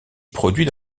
produit